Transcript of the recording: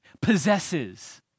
possesses